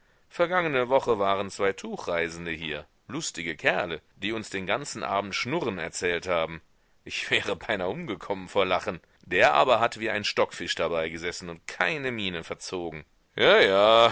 vergangene woche waren zwei tuchreisende hier lustige kerle die uns den ganzen abend schnurren erzählt haben ich wäre beinahe umgekommen vor lachen der aber hat wie ein stockfisch dabeigesessen und keine miene verzogen ja ja